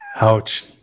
Ouch